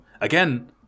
again